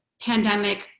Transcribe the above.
pandemic